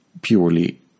Purely